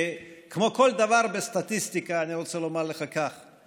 כמו כל דבר בסטטיסטיקה, אני רוצה לומר לך כך: